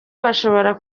bashobora